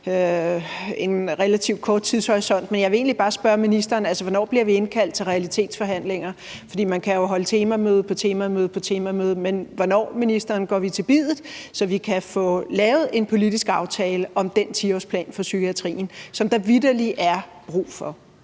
en relativt kort tidshorisont. Men jeg vil egentlig bare spørge ministeren: Hvornår bliver vi indkaldt til realitetsforhandlinger? Man kan jo holde temamøde på temamøde på temamøde, men jeg vil høre ministeren: Hvornår går vi til biddet, så vi kan få lavet en politisk aftale om den 10-årsplan for psykiatrien, som der vitterlig er brug for?